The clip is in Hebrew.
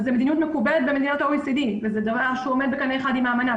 וזו מדיניות מקובלת במדינות ה-OECD וזה דבר שעולה נקה אחד עם האמנה.